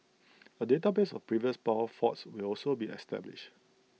A database of previous power faults will also be established